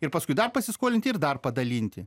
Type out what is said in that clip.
ir paskui dar pasiskolinti ir dar padalinti